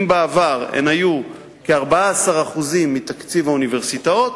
אם בעבר הן היו כ-14% מתקציב האוניברסיטאות,